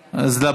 תעבור,